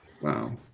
Wow